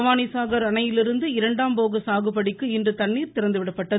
பவானிசாஹர் அணையிலிருந்து இரண்டாம் போக சாகுபடிக்கு இன்று தண்ணீர் திறந்து விடப்பட்டது